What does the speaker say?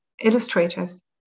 illustrators